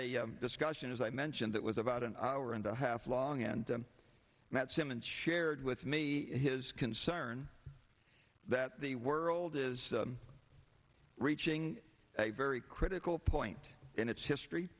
had a discussion as i mentioned that was about an hour and a half long and that's him and shared with me his concern that the world is reaching a very critical point in its history